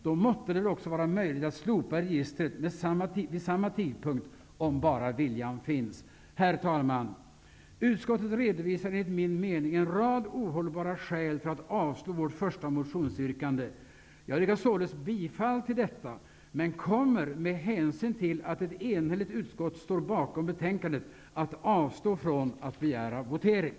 Då måtte det väl också vara möjligt att slopa registret vid samma tidpunkt -- om bara viljan finns. Herr talman! Utskottet redovisar enligt min mening en rad ohållbara skäl för att avstyrka vårt första motionsyrkande. Jag yrkar således bifall till detta, men kommer med hänsyn till att ett enhälligt utskott står bakom betänkandet att avstå från att begära votering.